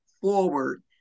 forward